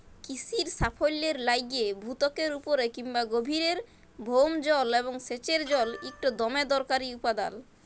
কিসির সাফল্যের লাইগে ভূত্বকের উপরে কিংবা গভীরের ভওম জল এবং সেঁচের জল ইকট দমে দরকারি উপাদাল